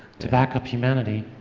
to back up humanity,